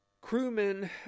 Crewmen